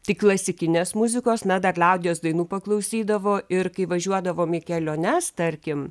tik klasikinės muzikos na dar liaudies dainų paklausydavo ir kai važiuodavom į keliones tarkim